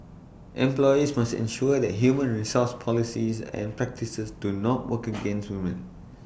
employers must ensure that human resource policies and practices do not work against women